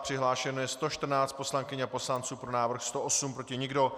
Přihlášeno je 114 poslankyň a poslanců, pro návrh 108, proti nikdo.